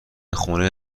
خونه